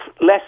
less